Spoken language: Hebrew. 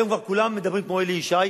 היום כבר כולם מדברים כמו אלי ישי,